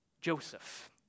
Joseph